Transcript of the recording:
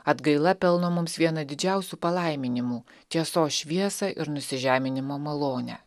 atgaila pelno mums vieną didžiausių palaiminimų tiesos šviesą ir nusižeminimo malonę